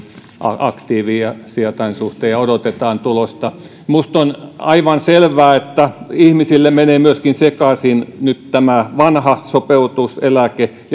aktiivisia tämän suhteen ja odotetaan tulosta minusta on aivan selvää että ihmisillä menevät myöskin sekaisin nyt tämä vanha sopeutuseläke